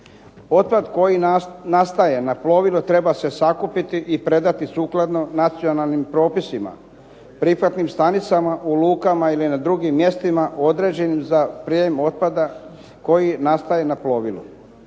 Otpad koji nastaje na plovilu treba se sakupiti i predati sukladno nacionalnim propisima prihvatnim stanicama u lukama ili na drugim mjestima određenim za prijem otpada koji nastaje na plovilu.